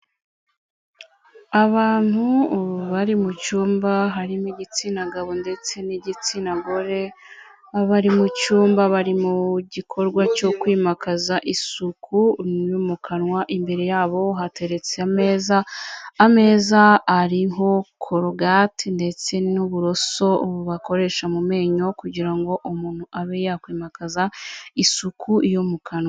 Abantu bari mu cyumba harimo igitsina gabo ndetse n'igitsina gore, abari mu cyumba bari mu gikorwa cyo kwimakaza isuku mu kanwa, imbere yabo hateretse ameza, ameza ariho cologate ndetse n'uburoso bakoresha mu menyo kugira ngo umuntu abe yakwimakaza isuku yo mu kanwa.